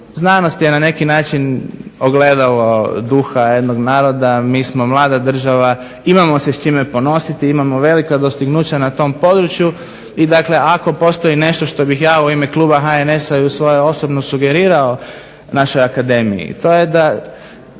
znanost je na neki način ogledalo duha jednog naroda, mi smo mlada država, imamo se s čime ponositi imamo velika dostignuća na tom području i dakle ako postoji nešto što bih ja u ime Kluba HNS-a i u svoje osobno ime sugerirao našoj akademiji, to je da